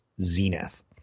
zenith